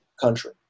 country